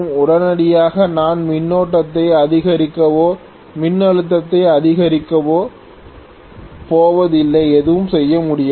உடனடியாக நான் மின்னோட்டத்தை அதிகரிக்கவோ மின்னழுத்தத்தை அதிகரிக்கவோ போவதில்லை எதுவும் செய்ய முடியாது